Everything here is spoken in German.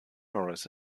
norris